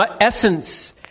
essence